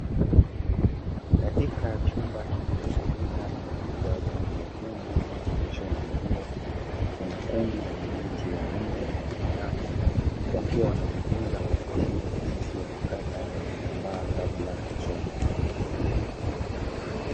Katika chumba kinachotumika kwajili ya ufundi wa kushona nguo kuna kundi la mabinti wanne wameinama wakiwa wanajifunza kwa vitendo jinsi ya kukata vitambaa kabla ya kushona.